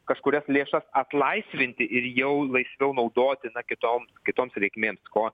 kažkurias lėšas atlaisvinti ir jau laisviau naudoti na kitom kitoms reikmėms ko